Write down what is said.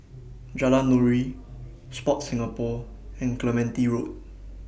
Jalan Nuri Sport Singapore and Clementi Road